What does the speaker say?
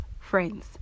friends